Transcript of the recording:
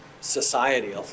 society